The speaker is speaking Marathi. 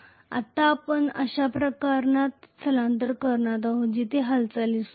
आता आपण अशा एका प्रकरणात स्थलांतर करणार आहोत जिथे हालचाल सुरू आहे